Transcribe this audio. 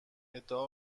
ادعا